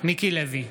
מיקי לוי,